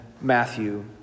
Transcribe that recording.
Matthew